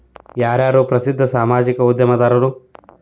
ಯಾರ್ಯಾರು ಪ್ರಸಿದ್ಧ ಸಾಮಾಜಿಕ ಉದ್ಯಮಿದಾರರು